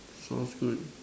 smells good